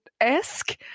esque